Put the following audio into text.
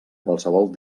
qualsevol